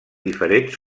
diferents